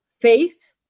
faith